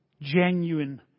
genuine